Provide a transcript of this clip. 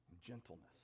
gentleness